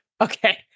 Okay